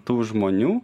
tų žmonių